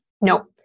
Nope